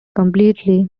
completely